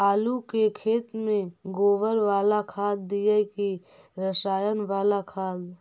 आलू के खेत में गोबर बाला खाद दियै की रसायन बाला खाद?